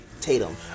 Tatum